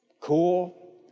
cool